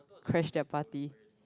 crash their party